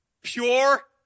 pure